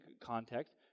context